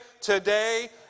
today